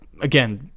again